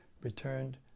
returned